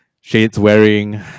shades-wearing